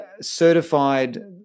certified